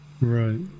Right